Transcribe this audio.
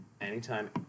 Anytime